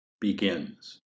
begins